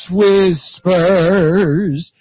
whispers